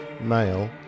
male